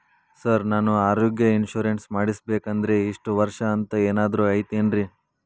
Sir ನಾನು ಆರೋಗ್ಯ insurance ಮಾಡಿಸ್ಬೇಕಂದ್ರೆ ಇಷ್ಟ ವರ್ಷ ಅಂಥ ಏನಾದ್ರು ಐತೇನ್ರೇ?